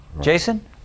Jason